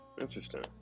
interesting